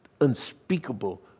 Unspeakable